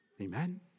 Amen